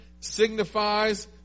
signifies